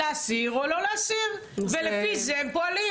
להסיר את הכבילה או לא להסיר אותה ולפי זה הם פועלים.